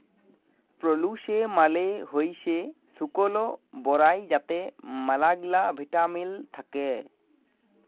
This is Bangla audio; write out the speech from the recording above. প্রুলেস মালে হইসে শুকল বরাই যাতে ম্যালাগিলা ভিটামিল থাক্যে